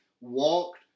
walked